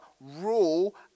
rule